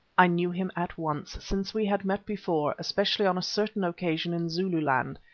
i knew him at once, since we had met before, especially on a certain occasion in zululand,